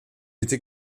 mitte